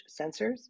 sensors